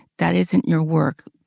that isn't your work.